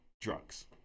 drugs